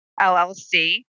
LLC